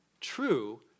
true